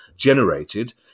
generated